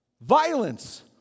violence